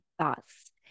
thoughts